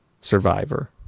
Survivor